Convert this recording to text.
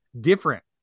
different